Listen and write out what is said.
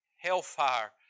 hellfire